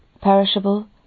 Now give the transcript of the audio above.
Perishable